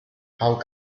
how